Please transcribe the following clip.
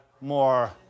more